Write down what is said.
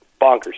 Bonkers